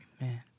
man